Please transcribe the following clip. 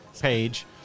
page